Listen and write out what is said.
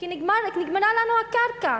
כי נגמרה לנו הקרקע,